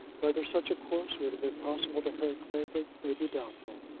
whether such a course would have been possible to harry clavering may be doubtful.